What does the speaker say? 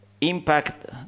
impact